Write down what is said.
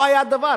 לא היה דבר.